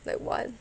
like what